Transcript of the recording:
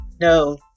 no